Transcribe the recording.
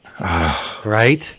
Right